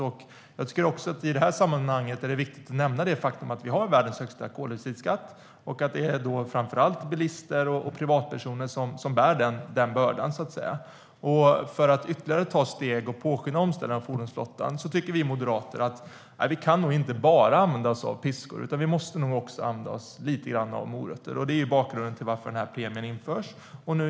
I detta sammanhang är det viktigt att nämna att vi har världens högsta koldioxidskatt och att det framför allt är bilister och privatpersoner som bär den bördan. För att ta ytterligare steg och påskynda omställningen av fordonsflottan tycker vi moderater att man inte bara kan använda sig av piskor. Man måste nog också använda sig lite grann av morötter. Det är bakgrunden till att den här premien införts.